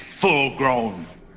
full-grown